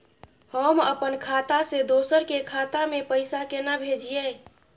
हम अपन खाता से दोसर के खाता में पैसा केना भेजिए?